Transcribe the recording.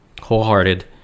wholehearted